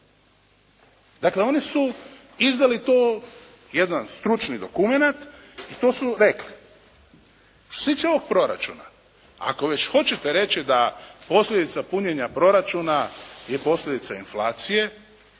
Dakle oni su izdali to jedan stručni dokumenat i to su rekli. Što se tiče ovog proračuna ako već hoćete reći da posljedica punjenja proračuna je posljedica inflacije